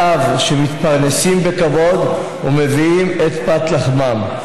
אב שמתפרנסים בכבוד ומביאים את פת לחמם.